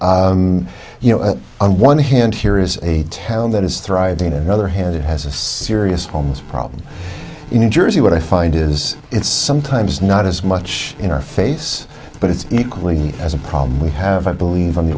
cities you know on one hand here is a town that is thriving in the other hand it has a serious homeless problem in new jersey what i find is it's sometimes not as much in our face but it's equally as a problem we have i believe on the